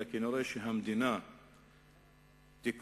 אלא כנראה המדינה תקרוס,